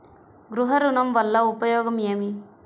గృహ ఋణం వల్ల ఉపయోగం ఏమి?